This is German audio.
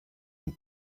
und